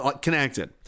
connected